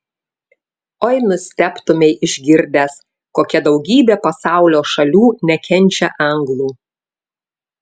oi nustebtumei išgirdęs kokia daugybė pasaulio šalių nekenčia anglų